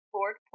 Lord